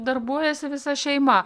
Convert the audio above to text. darbuojasi visa šeima